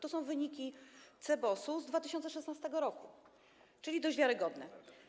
To są wyniki CBOS z 2016 r., czyli dość wiarygodne.